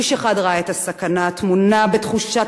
איש אחד ראה את הסכנה הטמונה בתחושת